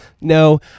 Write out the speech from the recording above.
No